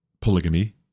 polygamy